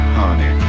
honey